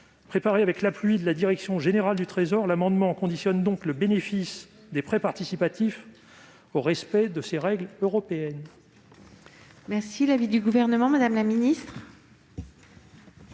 Préparé avec l'appui de la direction générale du Trésor, cet amendement tend à conditionner le bénéfice des prêts participatifs au respect de ces règles européennes.